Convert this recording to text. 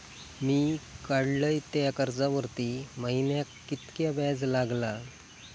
मी काडलय त्या कर्जावरती महिन्याक कीतक्या व्याज लागला?